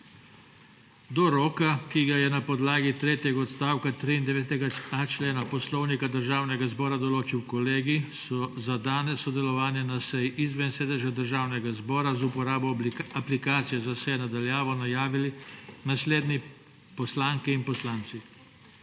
Do roka, ki ga je na podlagi tretjega odstavka 93.a člena Poslovnika Državnega zbora določil Kolegij, so za danes sodelovanje na seji izven sedeža Državnega zbora z uporabo aplikacije za sejo na daljavo najavili naslednji poslanke in poslanci